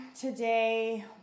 today